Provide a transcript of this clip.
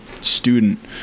student